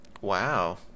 wow